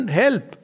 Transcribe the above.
help